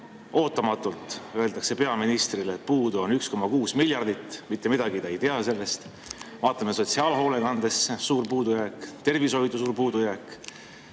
Ootamatult öeldakse peaministrile, et puudu on 1,6 miljardit, mitte midagi ta sellest ei tea. Vaatame sotsiaalhoolekandesse: suur puudujääk, tervishoidu: suur puudujääk.